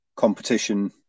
Competition